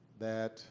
that